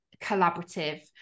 collaborative